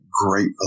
great